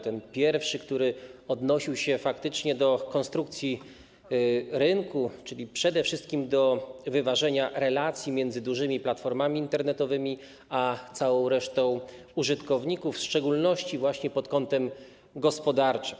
Ten pierwszy odnosił się faktycznie do konstrukcji rynku, czyli przede wszystkim do wyważenia relacji między dużymi platformami internetowymi a całą resztą użytkowników, w szczególności pod kątem gospodarczym.